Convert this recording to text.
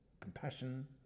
compassion